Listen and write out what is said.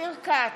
אופיר כץ,